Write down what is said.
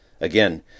Again